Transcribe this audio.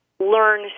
learn